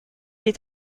est